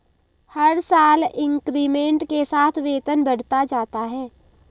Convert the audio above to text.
हर साल इंक्रीमेंट के साथ वेतन बढ़ता जाता है